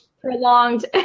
prolonged